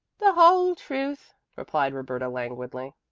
the whole truth, replied roberta languidly.